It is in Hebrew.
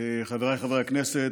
חבריי חברי הכנסת,